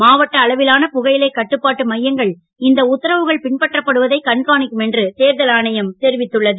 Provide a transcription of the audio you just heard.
மாவட்ட அளவிலான புகையிலை கட்டுப்பாட்டு மையங்கள் உத்தரவுகள் இந்த பின்பற்றப்படுவதை கண்காணிக்கும் என்று தேர்தல் ஆணையம் தெரிவித்துள்ளது